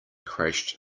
crashed